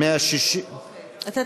160. אוקיי.